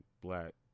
black